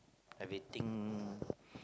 everything